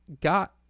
got